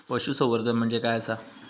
पशुसंवर्धन म्हणजे काय आसा?